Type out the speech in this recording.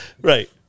Right